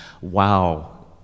wow